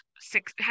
six